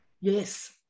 Yes